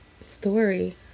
story